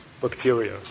bacteria